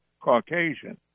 Caucasian